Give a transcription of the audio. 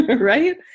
right